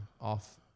off